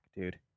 dude